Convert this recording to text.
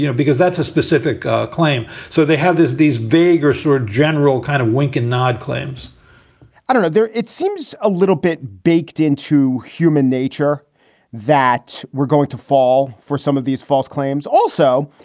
you know because that's a specific claim. so they have this these vague or sort general kind of wink and nod claims i don't know. it seems a little bit baked into human nature that we're going to fall for some of these false claims. also,